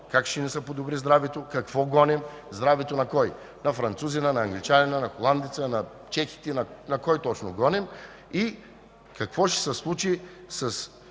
как ще ни се подобри здравето, какво гоним? Здравето на кой: на французина, на англичанина, на холандеца, на чехите – на кой точно гоним? И какво ще се случи със